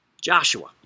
Joshua